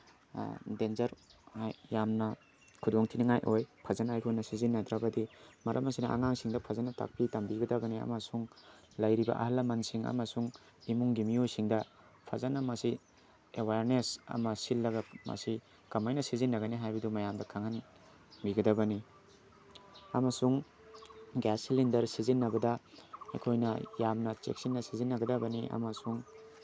danger ꯌꯥꯝꯅ ꯈꯨꯗꯣꯡꯊꯤꯅꯤꯉꯥꯏ ꯑꯣꯏ ꯐꯖꯅ ꯑꯩꯈꯣꯏꯅ ꯁꯤꯖꯤꯟꯅꯗ꯭ꯔꯒꯗꯤ ꯃꯔꯝ ꯑꯁꯤꯅ ꯑꯉꯥꯡꯁꯤꯡꯗ ꯐꯖꯅ ꯇꯥꯛꯄꯤ ꯇꯝꯕꯤꯒꯗꯕꯅꯤ ꯑꯃꯁꯨꯡ ꯂꯩꯔꯤꯕ ꯑꯍꯜ ꯂꯃꯟꯁꯤꯡ ꯑꯃꯁꯨꯡ ꯏꯃꯨꯡꯒꯤ ꯃꯤꯑꯣꯏꯁꯤꯡꯗ ꯐꯖꯅ ꯃꯁꯤ ꯑꯦꯋꯥꯔꯅꯦꯁ ꯑꯃ ꯁꯤꯜꯂꯒ ꯃꯁꯤ ꯀꯃꯥꯏꯅ ꯁꯤꯖꯤꯟꯅꯒꯅꯤ ꯍꯥꯏꯕꯗꯨ ꯃꯌꯥꯝꯗ ꯈꯪꯍꯟꯕꯤꯒꯗꯕꯅꯤ ꯑꯃꯁꯨꯡ ꯒ꯭ꯌꯥꯁ ꯁꯤꯂꯤꯟꯗꯔ ꯁꯤꯖꯤꯟꯅꯕꯗ ꯑꯩꯈꯣꯏꯅ ꯌꯥꯝꯅ ꯆꯦꯛꯁꯤꯟꯅ ꯁꯤꯖꯤꯟꯅꯒꯗꯕꯅꯤ ꯑꯃꯁꯨꯡ